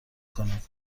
کنید